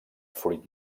fruit